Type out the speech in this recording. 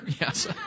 Yes